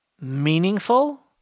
meaningful